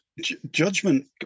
judgment